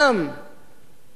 והם מגיעים לשם,